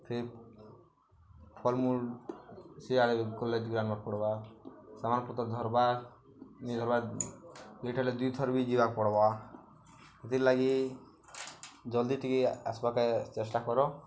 ଫେର୍ ଫଳ୍ମୂଳ୍ ସିଆଡ଼େ ଗଲେ ଆନ୍ବାକେ ପଡ଼୍ବା ସାମାନ୍ ପତ୍ର ଧର୍ବା ନି ଧର୍ବା ଲେଟ୍ ହେଲେ ଦୁଇ ଥର ବି ଯିବାକୁ ପଡ଼୍ବା ସେଥିର୍ଲାଗି ଜଲ୍ଦି ଟିକେ ଆସ୍ବାକେ ଚେଷ୍ଟା କର